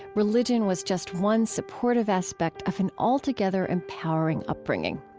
religion was just one supportive aspect of an altogether empowering upbringing.